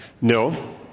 No